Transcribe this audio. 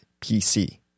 PC